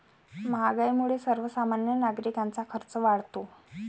महागाईमुळे सर्वसामान्य नागरिकांचा खर्च वाढतो